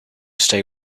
stay